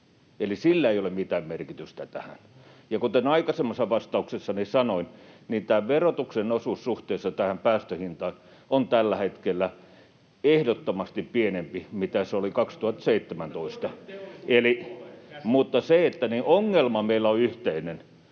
eli sillä ei ole mitään merkitystä tässä. Ja kuten aikaisemmassa vastauksessani sanoin, tämä verotuksen osuus suhteessa päästöhintaan on tällä hetkellä ehdottomasti pienempi kuin se oli 2017. [Mauri Peltokangas: Turveteollisuus